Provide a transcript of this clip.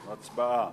הצבעה.